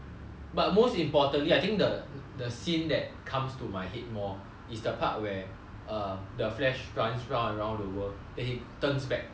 but most importantly I think the the scene that comes to my head more is the part where err the flash runs round and round the world then he turns back time